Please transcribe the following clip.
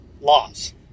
laws